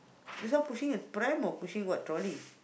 this one pushing a pram or pushing what trolley